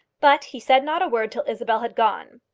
but he said not a word till isabel had gone.